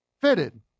Fitted